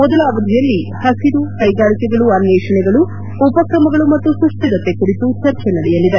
ಮೊದಲ ಅವಧಿಯಲ್ಲಿ ಹಸಿರು ಕೈಗಾರಿಕೆಗಳು ಅನ್ನೇಷಣೆಗಳು ಉಪ್ರಮಗಳು ಮತ್ತು ಸುಸ್ಲಿರತೆ ಕುರಿತು ಚರ್ಚೆ ನಡೆಯಲಿದೆ